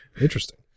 Interesting